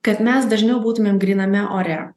kad mes dažniau būtumėm gryname ore